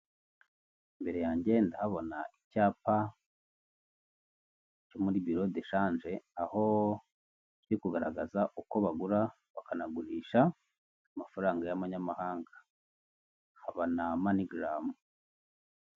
Imbere yanjye ndabona icyapa cyo muri biro de shanje, aho kiri kugaragaza uko bagura, bakanagurisha amafaranga y'amanyamahanga. Haba na manigaramu.